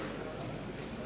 Hvala